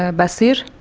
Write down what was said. ah bassir,